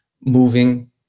moving